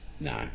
No